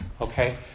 Okay